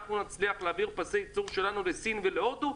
אנחנו נצליח להעביר פסי ייצור שלנו לסין ולהודו,